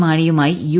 മാണിയുമായി U